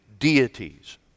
deities